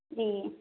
جی